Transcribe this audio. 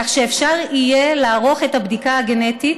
כך שאפשר יהיה לערוך את הבדיקה הגנטית,